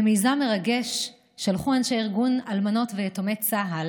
במיזם מרגש שלחו אנשי ארגון אלמנות ויתומי צה"ל